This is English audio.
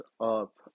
up